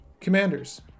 commanders